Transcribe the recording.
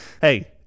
Hey